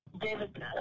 David